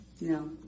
No